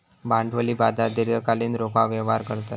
भांडवली बाजार दीर्घकालीन रोखा व्यवहार करतत